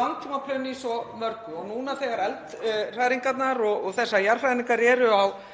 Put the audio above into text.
langtímaplön í svo mörgu. Núna þegar þessar eldhræringar og jarðhræringar eru á